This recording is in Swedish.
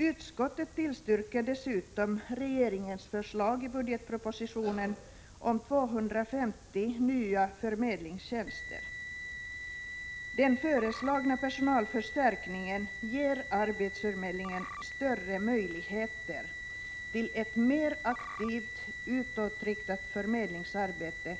Utskottet tillstyrker dessutom regeringens förslag i budgetpropositionen om 250 nya förmedlingstjänster. Den föreslagna personalförstärkningen ger arbetsförmedlingen större möjligheter till ett mer aktivt, utåtriktat förmedlingsarbete